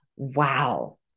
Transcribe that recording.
wow